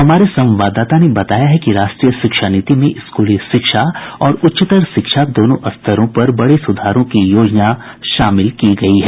हमारे संवाददाता ने बताया है कि राष्ट्रीय शिक्षा नीति में स्कूली शिक्षा और उच्चतर शिक्षा दोनों स्तरों पर बड़े सुधारों की योजना शामिल की गई है